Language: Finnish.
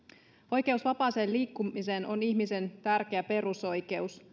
oikeus vapaaseen liikkumiseen on ihmisen tärkeä perusoikeus